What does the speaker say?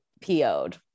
po'd